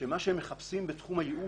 או צריך לחשוש יותר מהיועץ